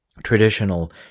Traditional